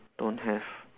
don't have